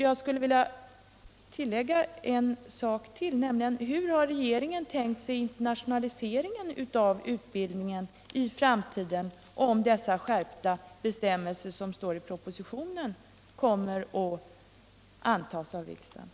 Jag skulle vilja ställa en fråga till: Hur har regeringen tänkt sig internationaliseringen av utbildningen i framtiden, om de skärpta bestämmelserna i propositionen kommer att antas av riksdagen?